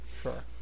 Sure